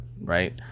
right